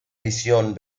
edición